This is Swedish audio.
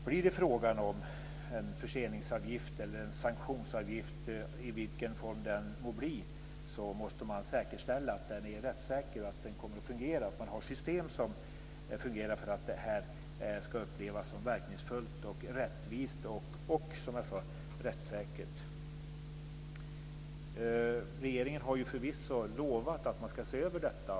Blir det fråga om en förseningsavgift eller en sanktionsavgift så måste man, i vilken form det än må bli, säkerställa att den är rättssäker och kommer att fungera. Man måste ha system som fungerar för att detta ska upplevas som verkningsfullt, rättvist och, som jag sade, rättssäkert. Regeringen har förvisso lovat att se över detta.